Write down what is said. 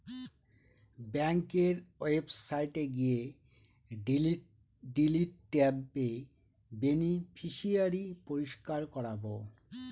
ব্যাঙ্কের ওয়েবসাইটে গিয়ে ডিলিট ট্যাবে বেনিফিশিয়ারি পরিষ্কার করাবো